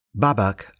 Babak